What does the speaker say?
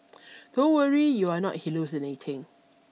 don't worry you are not hallucinating